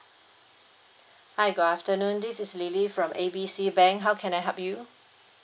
hi good afternoon this is lily from A B C bank how can I help you